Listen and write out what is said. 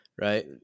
Right